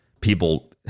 People